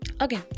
okay